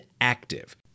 active